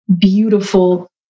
beautiful